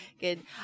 good